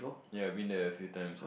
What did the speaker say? ya I've been there a few times ah